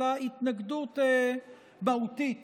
אלא התנגדות מהותית